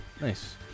Nice